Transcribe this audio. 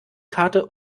karte